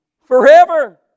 Forever